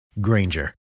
Granger